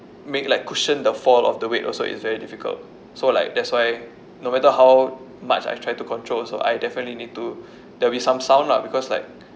make like cushion the fall of the weight also it's very difficult so like that's why no matter how much I've tried to control also I definitely need to there'll be some sound lah because like